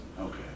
okay